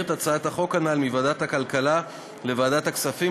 את הצעת החוק הנ"ל מוועדת הכלכלה לוועדת הכספים,